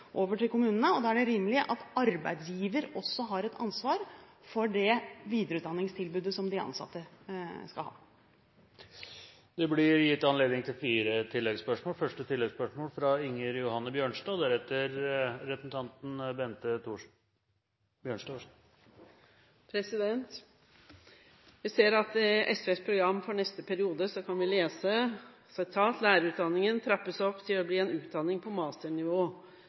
over til kommunene. Da er det rimelig at arbeidsgiver også har et ansvar for det videreutdanningstilbudet de ansatte skal ha. Det blir gitt anledning til fire oppfølgingsspørsmål – først Inger Johanne Bjørnstad. Jeg ser at vi i SVs program for neste periode kan lese: lærerutdanningen trappes opp til å bli en utdanning på masternivå».